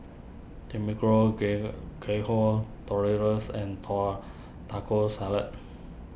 and tor Taco Salad